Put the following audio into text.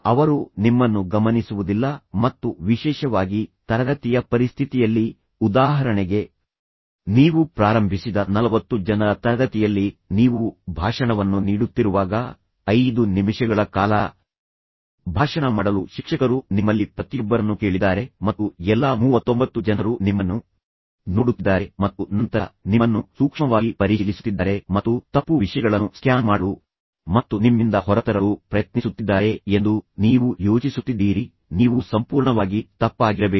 ಅವರು ನಿಮ್ಮನ್ನು ಗಮನಿಸುವುದಿಲ್ಲ ಮತ್ತು ವಿಶೇಷವಾಗಿ ತರಗತಿಯ ಪರಿಸ್ಥಿತಿಯಲ್ಲಿ ಉದಾಹರಣೆಗೆ ನೀವು ಪ್ರಾರಂಭಿಸಿದ 40 ಜನರ ತರಗತಿಯಲ್ಲಿ ನೀವು ಭಾಷಣವನ್ನು ನೀಡುತ್ತಿರುವಾಗ 5 ನಿಮಿಷಗಳ ಕಾಲ ಭಾಷಣ ಮಾಡಲು ಶಿಕ್ಷಕರು ನಿಮ್ಮಲ್ಲಿ ಪ್ರತಿಯೊಬ್ಬರನ್ನು ಕೇಳಿದ್ದಾರೆ ಮತ್ತು ಎಲ್ಲಾ 39 ಜನರು ನಿಮ್ಮನ್ನು ನೋಡುತ್ತಿದ್ದಾರೆ ಮತ್ತು ನಂತರ ನಿಮ್ಮನ್ನು ಸೂಕ್ಷ್ಮವಾಗಿ ಪರಿಶೀಲಿಸುತ್ತಿದ್ದಾರೆ ಮತ್ತು ತಪ್ಪು ವಿಷಯಗಳನ್ನು ಸ್ಕ್ಯಾನ್ ಮಾಡಲು ಮತ್ತು ನಿಮ್ಮಿಂದ ಹೊರತರಲು ಪ್ರಯತ್ನಿಸುತ್ತಿದ್ದಾರೆ ಎಂದು ನೀವು ಯೋಚಿಸುತ್ತಿದ್ದೀರಿ ನೀವು ಸಂಪೂರ್ಣವಾಗಿ ತಪ್ಪಾಗಿರಬೇಕು